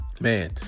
man